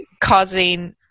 causing